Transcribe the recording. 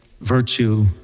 virtue